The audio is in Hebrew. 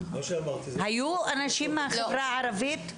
היו אנשים מהחברה הערבית?